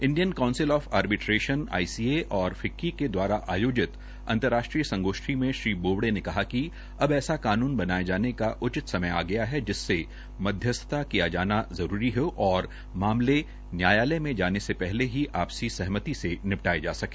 Indian council of arbitration ICA और FICCI के दवारा आयोजित अतंराष्ट्रीय संगोष्ठी में श्री बोबडे ने कहा कि अब ऐसा कानून बनाये जाने का उचित समय आ गया है जिससे मध्यस्थता किया जाना जरूरी हो और मामले न्यायालय में जाने से पहले ही आपसी सहमति से निपटाये जा सके